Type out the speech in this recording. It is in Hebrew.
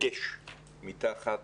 דגש מתחת